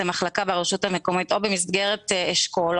למחלקה ברשות המקומית או במסגרת אשכול,